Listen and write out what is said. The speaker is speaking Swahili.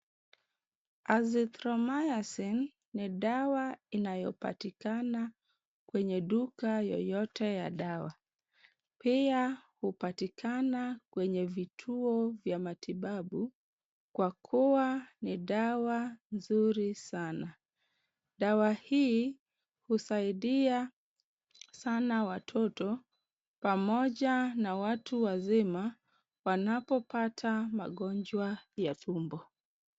Azithromycin ni dawa inayopatikana kwenye duka yoyote ya dawa. Pia hupatikana kwenye vituo vya matibabu, kwa kuwa ni dawa nzuri sana. Dawa hii husaidia sana watoto pamoja na watu wazima, wanapopata magonjwa ya tumbo.